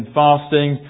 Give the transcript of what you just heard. fasting